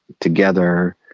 together